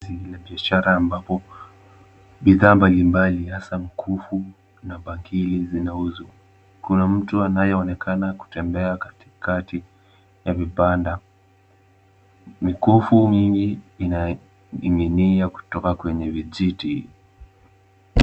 Sehemu ya biashara ambapo bidhaa mbalimbali hasa mkufu na bangili zinauzwa. Kuna mtu anayeonekana kutembea katikati ya vibanda. Mikufu mingi inaning'inia kutoka kwenye vijiti.